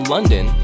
London